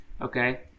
Okay